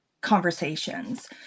conversations